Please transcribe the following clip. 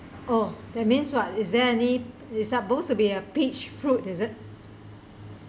oh that means what is there any is supposed to be a peach fruit is it